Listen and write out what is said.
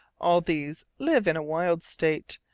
all these live in a wild state,